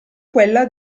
quella